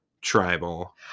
tribal